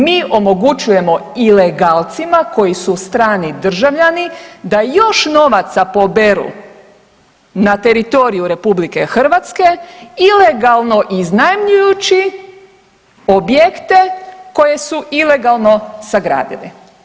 Mi omogućujemo ilegalcima koji su strani državljani da još novaca poberu na teritoriju RH ilegalno iznajmljujući objekte koje su ilegalno sagradili.